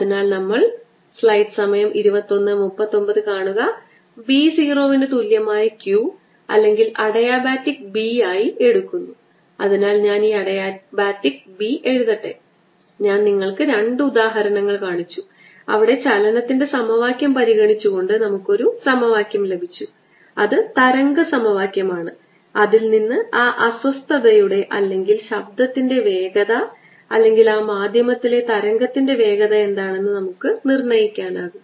അതിനാൽ നമ്മൾ സ്ലൈഡ് സമയം 2139 കാണുക B 0 ന് തുല്യമായ Q അല്ലെങ്കിൽ അഡിയാബാറ്റിക് B ആയി എടുക്കുന്നു അതിനാൽ ഞാൻ ഈ അഡിയാബാറ്റിക് B എഴുതട്ടെ ഞാൻ നിങ്ങൾക്ക് രണ്ട് ഉദാഹരണങ്ങൾ കാണിച്ചു അവിടെ ചലനത്തിന്റെ സമവാക്യം പരിഗണിച്ചുകൊണ്ട് നമുക്ക് ഒരു സമവാക്യം ലഭിച്ചു അത് തരംഗ സമവാക്യമാണ് അതിൽ നിന്ന് ആ അസ്വസ്ഥതയുടെ അല്ലെങ്കിൽ ശബ്ദത്തിന്റെ വേഗത അല്ലെങ്കിൽ ആ മാധ്യമത്തിലെ തരംഗത്തിന്റെ വേഗത എന്താണെന്ന് നമുക്ക് നിർണ്ണയിക്കാനാകും